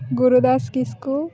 Gurudas Kisku